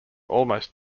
almost